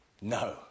No